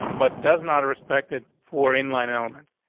but does not respected foreign line elements.